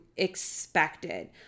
expected